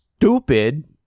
stupid